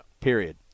Period